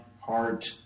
heart